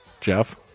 Jeff